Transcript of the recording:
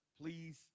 Please